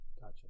Gotcha